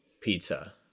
pizza